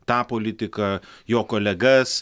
tą politiką jo kolegas